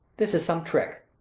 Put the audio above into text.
this is some trick.